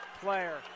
player